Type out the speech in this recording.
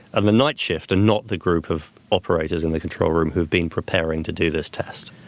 and the night shift are not the group of operators in the control room who've been preparing to do this test.